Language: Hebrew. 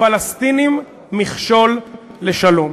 הפלסטינים מכשול לשלום.